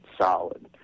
solid